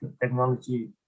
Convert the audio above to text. technology